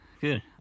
Good